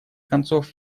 концов